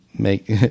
make